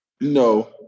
No